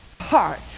heart